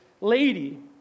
lady